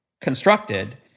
constructed